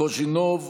קוז'ינוב,